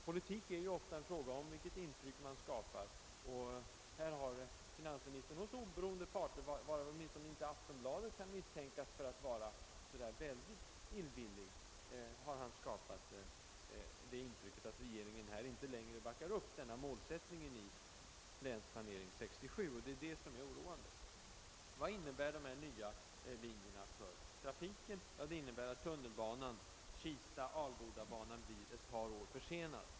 Politiken är emellertid ofta en fråga om vilket intryck man skapar, och här har finansministern hos oberoende parter, av vilka åtminstone inte Aftonbladet kan misstänkas för att vara särskilt illvilligt, skapat intrycket att regeringen inte längre backar upp målsättningen i Länsplanering 67, och det är oroande. Vad innebär de nya linjerna för trafiken? De innebär att tunnelbanan till Kista och Alboda blir ett par år försenad.